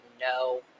no